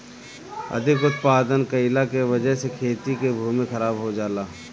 अधिक उत्पादन कइला के वजह से खेती के भूमि खराब हो जाला